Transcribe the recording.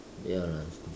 ya lah